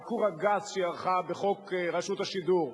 העיקור הגס שהיא ערכה בחוק רשות השידור.